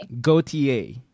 Gautier